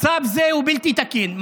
מצב זה הוא בלתי תקין.